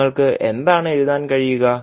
അതിനാൽ നിങ്ങൾക്ക് എന്താണ് എഴുതാൻ കഴിയുക